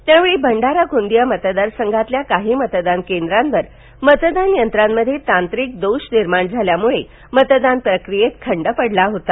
त्यावेळी भंडारा गोंदिया मतदारसंघातील काही मतदान केंद्रांवर मतदान यंत्रांमध्ये तांत्रिक दोष निर्माण झाल्यामुळे मतदान प्रक्रियेत खंड पडला होता